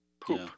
poop